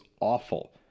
awful